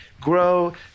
grow